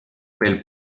pel